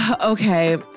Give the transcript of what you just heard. Okay